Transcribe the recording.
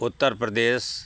Uttar Pradesh